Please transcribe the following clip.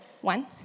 One